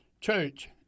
church